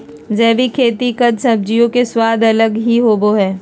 जैविक खेती कद सब्जियों के स्वाद अलग ही होबो हइ